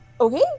okay